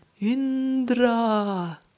Indra